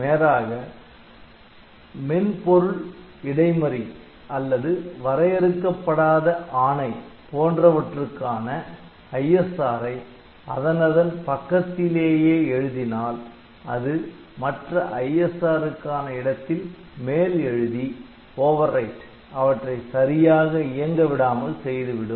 மாறாக மென்பொருள் இடைமறி அல்லது வரையறுக்கப்படாத ஆணை போன்றவற்றுக்கான ISR ஐ அதனதன் பக்கத்திலேயே எழுதினால் அது மற்ற ISR க்கான இடத்தில் மேல் எழுதி அவற்றை சரியாக இயங்கவிடாமல் செய்துவிடும்